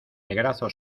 negrazo